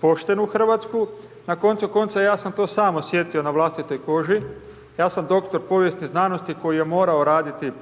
poštenu Hrvatsku, na koncu konca ja sam to sam osjetitiO na vlastitoj koži. Ja sam doktor povijesti znanosti, koji je morao raditi